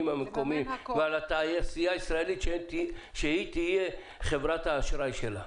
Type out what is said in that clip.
המקומיים ועל התעשייה הישראלית שיהיו חברת האשראי שלה.